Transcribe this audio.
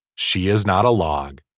she is not a log.